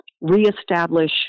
reestablish